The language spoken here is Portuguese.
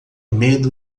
medo